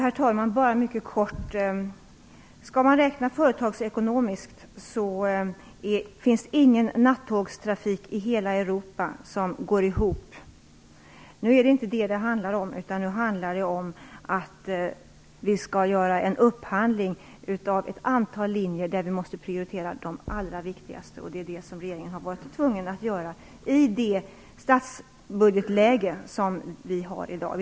Fru talman! Bara mycket kort: Skall man räkna företagsekonomiskt finns det ingen nattågstrafik i hela Europa som går ihop. Men nu handlar det inte om detta utan det handlar om att vi skall göra en upphandling av ett antal linjer där vi måste prioritera de allra viktigaste. Det har regeringen varit tvungen att göra i dagens statsfinansiella läge.